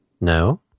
No